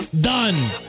Done